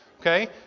okay